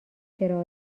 چرا